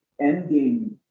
ending